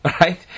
right